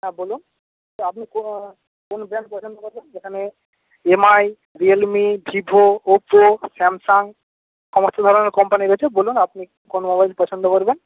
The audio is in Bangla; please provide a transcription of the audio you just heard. হ্যাঁ বলুন তো আপনি কো কোন ব্র্যান্ড পছন্দ করেন যেমন Mi Realme Vivo Oppo Samsung সমস্ত ধরনের কোম্পানি রয়েছে আপনি কোন ধরনের মোবাইল পছন্দ করবেন